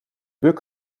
bug